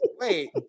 wait